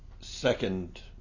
second